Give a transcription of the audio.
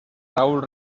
raúl